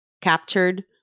captured